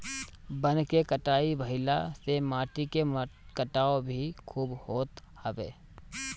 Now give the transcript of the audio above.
वन के कटाई भाइला से माटी के कटाव भी खूब होत हवे